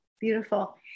Beautiful